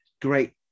great